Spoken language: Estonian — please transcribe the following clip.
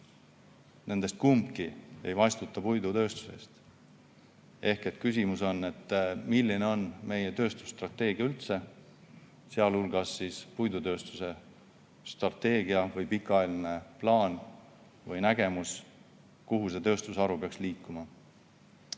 Nendest kumbki ei vastuta puidutööstuse eest. Ehk küsimus on, milline on meie tööstusstrateegia üldse, sealhulgas puidutööstuse strateegia või pikaajaline plaan või nägemus, kuhu see tööstusharu peaks liikuma.